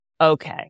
Okay